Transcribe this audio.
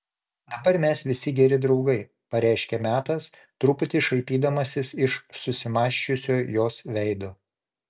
dabar mes visi geri draugai pareiškė metas truputį šaipydamasis iš susimąsčiusio jos veido